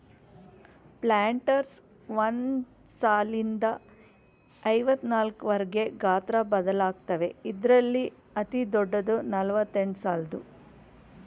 planters ಒಂದ್ ಸಾಲ್ನಿಂದ ಐವತ್ನಾಕ್ವರ್ಗೆ ಗಾತ್ರ ಬದಲಾಗತ್ವೆ ಇದ್ರಲ್ಲಿ ಅತಿದೊಡ್ಡದು ನಲವತ್ತೆಂಟ್ಸಾಲು